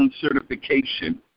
certification